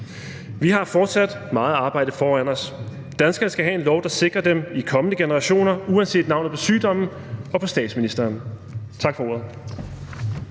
Vi har fortsat meget arbejde foran os. Danskerne skal have en lov, der sikrer dem i kommende generationer, uanset navnet på sygdommen og navnet på statsministeren. Kl.